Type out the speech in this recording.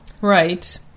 Right